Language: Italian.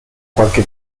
qualche